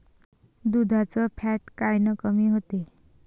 दुधाचं फॅट कायनं कमी होते?